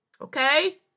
Okay